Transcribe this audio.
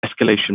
escalation